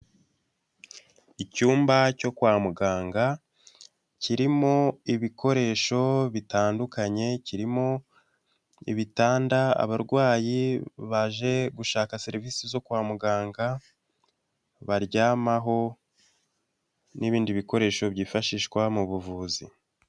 Icyumba cyo kwa muganga kirimo ibikoresho bitandukanye kirimo: ibitanda abarwayi baje gushaka serivisi zo kwa muganga baryamaho, n'ibindi bikoresho byifashishwa mu buvuzi.